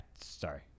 Sorry